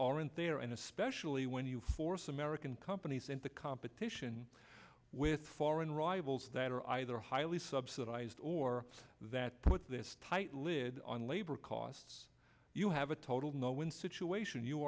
aren't there and especially when you force american companies into competition with foreign rivals that are either highly subsidized or that put this tight lid on labor costs you have a total no win situation you